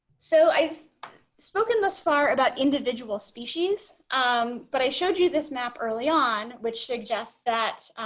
so i've spoken thus far about individual species um but i showed you this map early on which suggests that